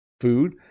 food